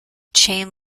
chain